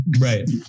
right